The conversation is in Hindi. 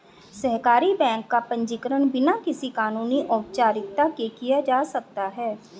सहकारी बैंक का पंजीकरण बिना किसी कानूनी औपचारिकता के किया जा सकता है